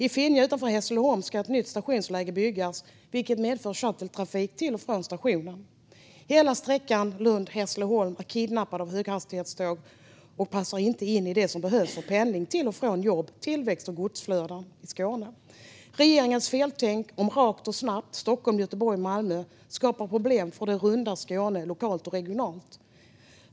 I Finja utanför Hässleholm ska ett nytt stationsläge byggas, vilket medför skytteltrafik till och från stationen. Hela sträckan Lund-Hässleholm är kidnappad av höghastighetståg och passar inte in i det som behövs för pendling till och från jobb, för tillväxt och för godsflöden i Skåne. Regeringens feltänk om Stockholm-Göteborg-Malmö rakt och snabbt skapar problem för det runda Skåne lokalt och regionalt.